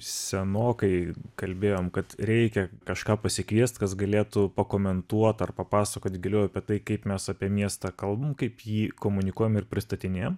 senokai kalbėjom kad reikia kažką pasikviest kas galėtų pakomentuot ar papasakot giliau apie tai kaip mes apie miestą kalbam kaip jį komunikuojam ir pristatinėjam